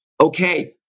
okay